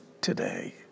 today